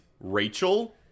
Rachel